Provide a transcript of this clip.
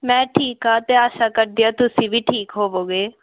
ਮੈਂ ਠੀਕ ਹਾਂ ਅਤੇ ਆਸ਼ਾ ਕਰਦੀ ਹਾਂ ਤੁਸੀਂ ਵੀ ਠੀਕ ਹੋਵੋਗੇ